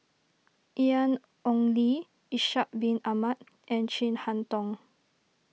Ian Ong Li Ishak Bin Ahmad and Chin Harn Tong